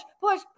push